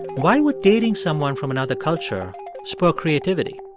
why would dating someone from another culture spur creativity?